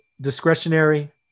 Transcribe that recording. discretionary